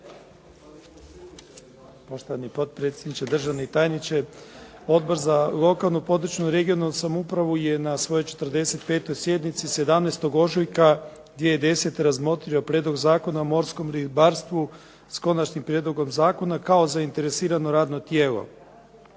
Gospodine predsjedniče, državni tajniče. Odbor za lokalnu, područnu i regionalnu samoupravu je na svojoj 45. sjednici 17. ožujka 2010. razmotrio Prijedlog zakona o morskom ribarstvu s konačnim prijedlogom zakona kao zainteresirano radno tijelo.